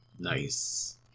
Nice